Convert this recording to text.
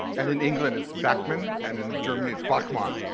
and in england it's bachman and in germany it's bachman.